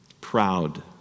proud